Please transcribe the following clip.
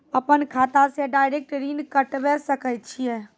अपन खाता से डायरेक्ट ऋण कटबे सके छियै?